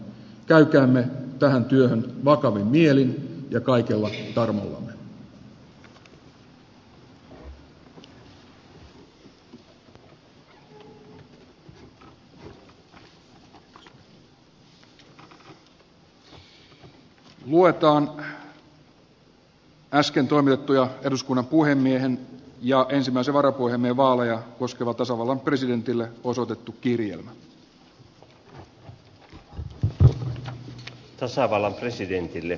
pelkäämme tähän työhön vakavin mielin luetaan äsken toimitettuja eduskunnan puhemiehen ja ensimmäisen varapuhemiehen vaaleja koskeva tasavallan presidentille